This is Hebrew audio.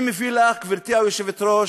אני מביא לך, גברתי היושבת-ראש,